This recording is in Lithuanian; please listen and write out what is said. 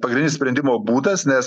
pagrindinis sprendimo būdas nes